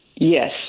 Yes